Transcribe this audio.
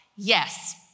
Yes